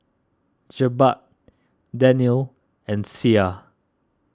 Jebat Daniel and Syah